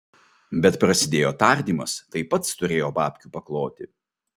bet prasidėjo tardymas tai pats turėjo babkių pakloti